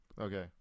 Okay